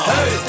Hey